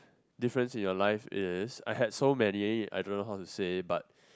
difference in your life is I had so many I don't know how to say but